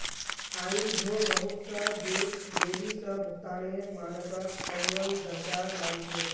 आई झो बहुत स देश देरी स भुगतानेर मानकक अव्वल दर्जार मान छेक